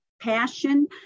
passion